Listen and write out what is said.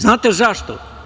Znate li zašto?